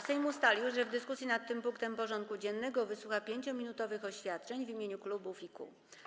Sejm ustalił, że w dyskusji nad tym punktem porządku dziennego wysłucha 5-minutowych oświadczeń w imieniu klubów i kół.